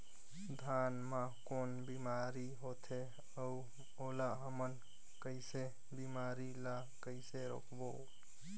धान मा कौन बीमारी होथे अउ ओला हमन कइसे बीमारी ला कइसे रोकबो?